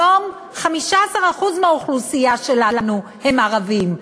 היום 15% מהאוכלוסייה שלנו הם ערבים,